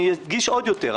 אני אדגיש עוד יותר.